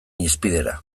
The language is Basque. hizpidera